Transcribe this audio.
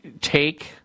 take